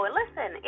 listen